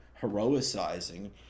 heroicizing